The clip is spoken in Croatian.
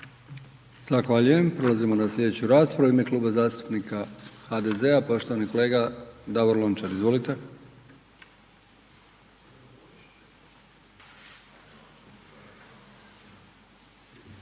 Zahvaljujem. Prelazimo na sljedeću raspravu. U ime Kluba zastupnika HDZ-a poštovani kolega Davor Lončar, izvolite.